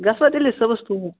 گژھوا تیٚلہِ صُبحَس توٗ